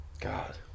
God